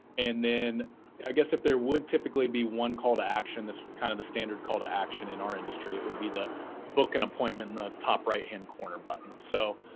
and then i guess if there would typically be one call to action, that's kind of the standard call to action in our industry. it would be the book and appointment the top right-hand corner button. so,